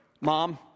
Mom